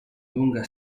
lunga